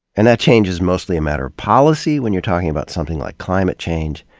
and that change is mostly a matter of policy when you're talking about something like climate change.